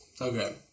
Okay